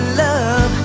love